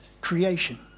creation